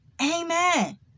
amen